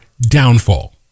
downfall